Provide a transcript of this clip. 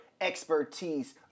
expertise